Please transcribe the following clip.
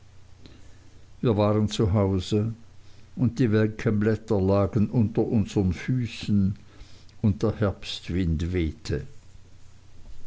wir waren zu hause und die welken blätter lagen unter unsern füßen und der herbstwind wehte